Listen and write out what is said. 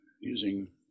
using